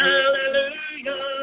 Hallelujah